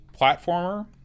platformer